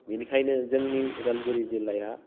बिनिखायनो जोंनि उदालगुरि जिल्लाया